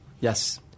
Yes